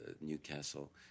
Newcastle